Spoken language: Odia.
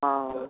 ହଁ ହଉ